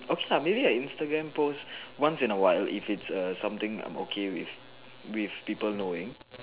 okay lah maybe an Instagram post once in a while if its something I'm okay with with people knowing